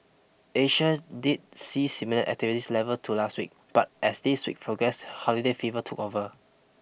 Asia did see similar activities levels to last week but as this week progressed holiday fever took over